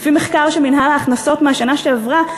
לפי מחקר של מינהל ההכנסות מהשנה שעברה,